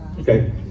Okay